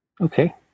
Okay